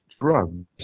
drugs